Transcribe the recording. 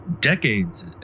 Decades